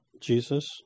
Jesus